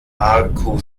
marco